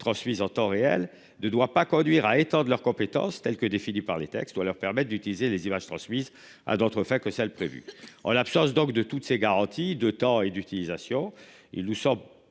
transmises en temps réel de doit pas conduire à étant leurs compétences telle que définie par les textes doit leur permettent d'utiliser les images transmises à d'autres fins que celle prévue en l'absence donc de toutes ces garanties de temps et d'utilisation. Il nous semble